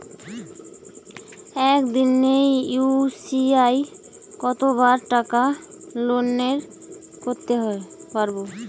একদিনে ইউ.পি.আই কতবার টাকা লেনদেন করতে পারব?